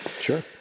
sure